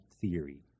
theory